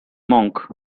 monk